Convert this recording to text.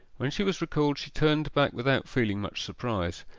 when she was recalled she turned back without feeling much surprise.